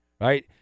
right